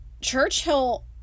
Churchill